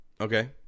Okay